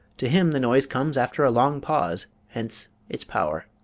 to him the noise comes after a long pause hence its power.